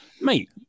Mate